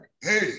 Hey